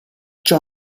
ciò